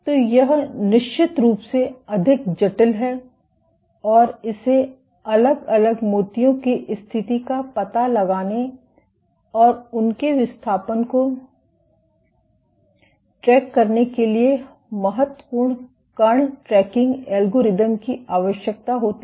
तो यह निश्चित रूप से अधिक जटिल है और इसे अलग अलग मोतियों की स्थिति का पता लगाने और उनके विस्थापन को ट्रैक करने के लिए महत्वपूर्ण कण ट्रैकिंग एल्गोरिदम की आवश्यकता होती है